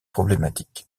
problématique